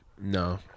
No